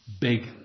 big